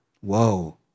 Whoa